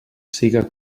siga